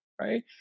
right